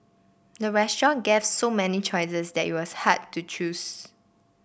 the restaurant gave so many choices that it was hard to choose